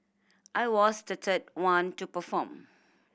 I was the third one to perform